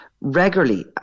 regularly